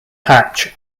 hatch